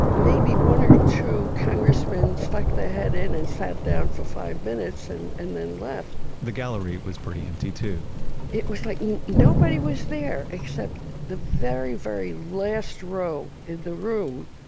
maybe one or two congressmen stuck their heads in and sat down for five minutes, and and then left the gallery was pretty empty too it was like nobody was there except in the very, very last row in the room.